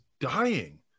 dying